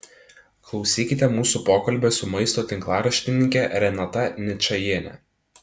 klausykite mūsų pokalbio su maisto tinklaraštininke renata ničajiene